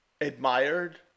admired